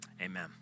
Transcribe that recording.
Amen